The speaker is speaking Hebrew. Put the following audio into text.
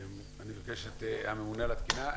אני אבקש את הממונה על התקינה.